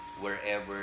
wherever